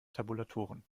tabulatoren